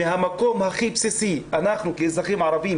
מהמקום הכי בסיסי אנחנו כאזרחים ערבים